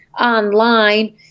online